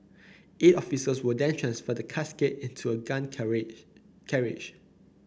eight officers will then transfer the casket into a gun carriage carriage